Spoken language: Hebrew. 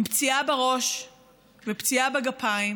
עם פציעה בראש ופציעה בגפיים,